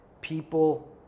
people